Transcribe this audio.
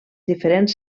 diferents